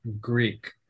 Greek